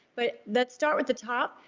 but let's start with the top.